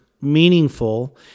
meaningful